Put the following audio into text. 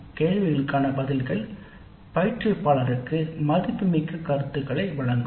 கேள்விகளுக்கான பதில்கள் பயிற்றுவிப்பாளருக்கு மதிப்புமிக்க கருத்துக்களை வழங்கும்